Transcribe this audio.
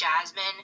Jasmine